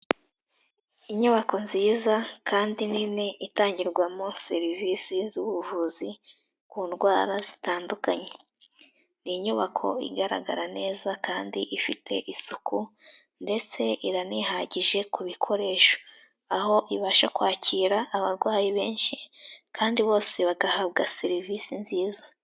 Inyubako nziza kandi nini itangirwamo serivisi z'ubuvuzi ku ndwara zitandukanye, ni inyubako igaragara neza kandi ifite isuku ndetse iranihagije ku bikoresho, aho ibasha kwakira abarwayi benshi kandi bose bagahabwa serivisi nziza.